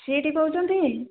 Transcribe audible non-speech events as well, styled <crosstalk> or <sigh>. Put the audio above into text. <unintelligible> କହୁଛନ୍ତି